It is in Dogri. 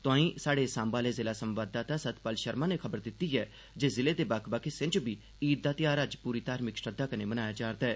तोआई स्हाड़े सांबा आह्ले जिले संवाददाता सतपाल शर्मा नै खबर दित्ती ऐ जे जिले दे बक्ख बक्ख हिस्सें च बी ईद दा ध्यार अज्ज पूरी धार्मिक श्रद्धा कन्नै मनाया जा'रदा ऐ